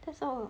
that's all